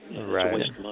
Right